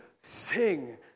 sing